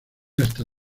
hasta